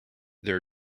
there